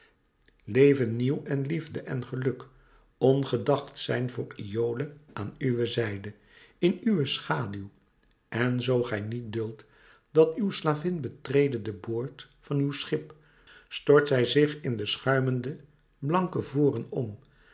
leven nieuw en liefde en geluk ongedacht zijn voor iole aan uwe zijde in uwe schaduwen zoo gij niet duldt dat uw slavin betrede den boord van uw schip stort zij zich in de schuimende blanke voren om